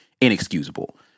inexcusable